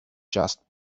just